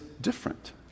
different